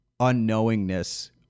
unknowingness